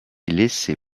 laisser